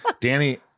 Danny